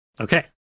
Okay